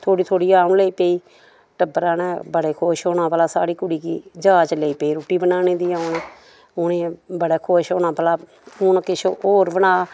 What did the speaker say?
थोह्ड़ी थोह्ड़ी औन लेई पेई टब्बरा ने बडे़ खुश होना भला साढ़ी कुड़ी गी जाच लेई पेई रुट्टी बनाने दी औना उ'नें बड़ा खुश होना भला हून किश होर बनाऽ